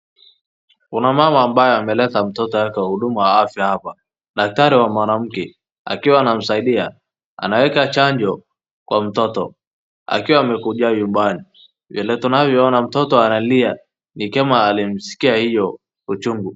Kuna mama ambaye ameleta mtoto yake huduma ya afya hapa. Daktari wa mwanamke akiwa anamsaidia anaweka chanjo kwa mtoto akiwa amekunja vibani. Vile tunavyoona, mtoto analia ni kama alimskia hiyo uchungu.